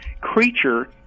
creature